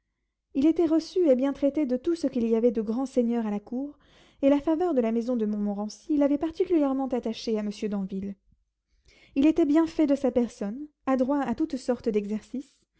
il était reçu et bien traité de tout ce qu'il y avait de grands seigneurs à la cour et la faveur de la maison de montmorency l'avait particulièrement attaché à monsieur d'anville il était bien fait de sa personne adroit à toutes sortes d'exercices